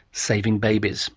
saving babies